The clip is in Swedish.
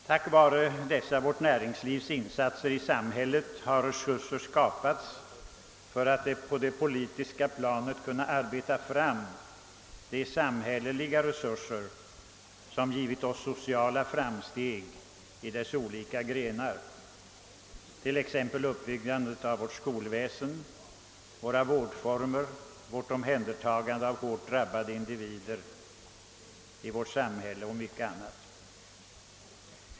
Tack vare vårt näringslivs insatser i samhället har möjligheter skapats för att på det politiska planet arbeta fram de samhälleliga resurser som givit oss de sociala framstegen i deras olika former, t.ex. uppbyggnad av vårt skolväsen, våra vårdreformer, vårt omhändertagande av hårt drabbade individer och mycket annat.